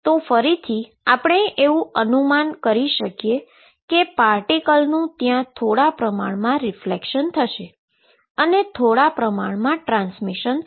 તો ફરીથી આપણે એવી આશા રાખીએ કે પાર્ટીકલનું ત્યાં થોડા પ્રમાણમાં રીક્લેક્શન થશે અને થોડા પ્રમાણમાં ટ્રાન્સમિશન થશે